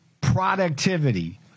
productivity